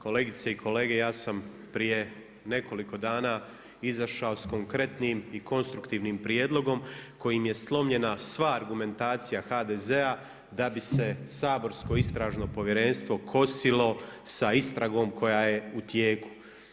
Kolegice i kolege, ja sam prije nekoliko dana izašao sa konkretnim i konstruktivnim prijedlogom kojim je slomljena sva argumentacija HDZ-a da bi se saborsko Istražno povjerenstvo kosilo sa istragom koja je u tijeku.